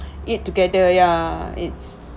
eat together ya it's